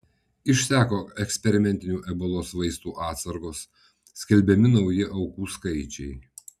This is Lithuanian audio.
išseko eksperimentinių ebolos vaistų atsargos skelbiami nauji aukų skaičiai